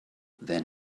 then